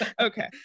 Okay